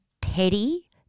petty